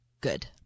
good